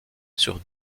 sur